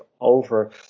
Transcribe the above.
over